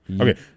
Okay